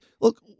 Look